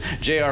JR